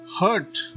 hurt